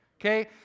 okay